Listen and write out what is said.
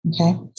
Okay